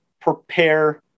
prepare